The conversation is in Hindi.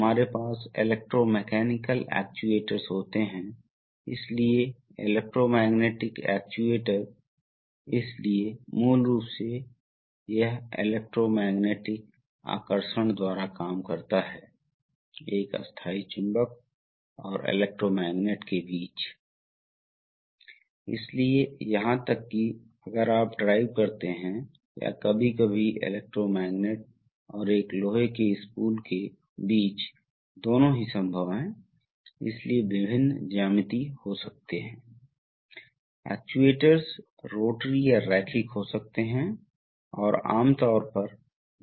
इसलिए पायलट दबाव अगर इस वाल्व को बाहर निकालना है तो पायलट दबाव को इस स्तर को पार करना होगा अन्यथा वे प्रवाह नहीं हो सकते हैं इसलिए इस पूर्ण पंप दबाव को हाइड्रोलिक सिलेंडर पर लागू किया जा सकता है और बाएं चलना शुरू कर सकते हैं जिस क्षण यह बायाँ चलना शुरू कर देगा यह कैम छोड़ा जाएगा और जब यह कैम छोड़ा जाएगा तो यह निचले स्थान पर चला जाएगा और फिर से इस वाल्व का वेंट पोर्ट प्लग हो जाएगा और चक्र दोहराता जाएगा